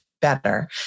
better